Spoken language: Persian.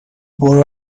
برو